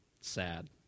sad